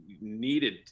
needed